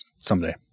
Someday